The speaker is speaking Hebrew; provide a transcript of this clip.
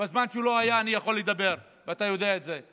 בזמן שהוא לא היה אני יכול לדבר, ואתה יודע את זה.